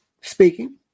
speaking